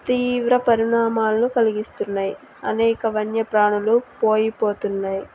తీవ్ర పరిణామాాలను కలిగిస్తున్నాయి అనేక వన్య ప్రాణులు పోయి పోతున్నాయి